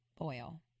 oil